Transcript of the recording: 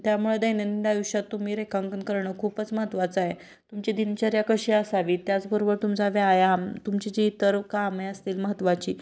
त्यामुळं दैनंद आयुष्यात तुम्ही रेखांकन करणं खूपच महत्त्वाचं आहे तुमच्या दिनचर्या कशी असावी त्याचबरोबर तुमचा व्यायाम तुमची जी इतर कामे असतील महत्त्वाची